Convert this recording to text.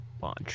bunch